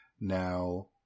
Now